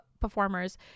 performers